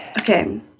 Okay